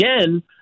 again